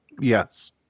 Yes